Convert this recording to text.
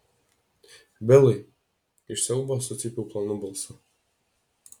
bilai iš siaubo sucypiau plonu balsu